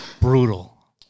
Brutal